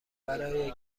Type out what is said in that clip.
برای